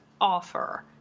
offer